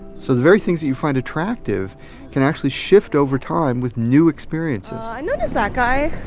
so the very things that you find attractive can actually shift over time with new experiences l i noticed that guy